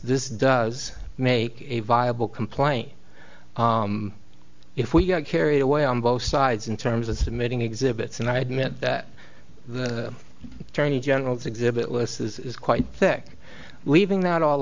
this does make a viable complaint if we got carried away on both sides in terms of submitting exhibits and i admit that the attorney general's exhibit list is quite thick leaving that all